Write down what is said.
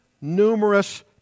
numerous